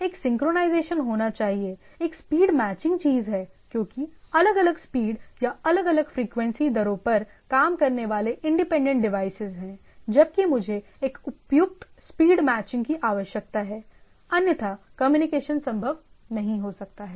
एक सिंक्रनाइज़ेशन होना चाहिए एक स्पीड मैचिंग चीज़ है क्योंकि अलग अलग स्पीड या अलग अलग फ़्रीक्वेंसी दरों पर काम करने वाले इंडिपेंडेंट डिवाइस हैं जबकि मुझे एक उपयुक्त स्पीड मैचिंग की आवश्यकता है अन्यथा कम्युनिकेशन संभव नहीं हो सकता है